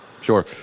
Sure